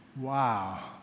Wow